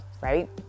right